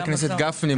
חבר הכנסת גפני,